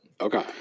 Okay